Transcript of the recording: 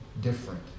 different